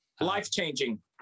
Life-changing